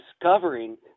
discovering